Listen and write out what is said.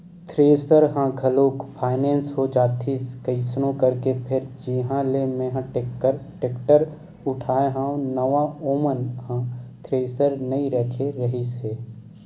thresher ह घलोक finance हो जातिस कइसनो करके फेर जिहाँ ले मेंहा टेक्टर उठाय हव नवा ओ मन ह थेरेसर नइ रखे रिहिस हे